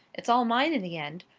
it's all mine in the end.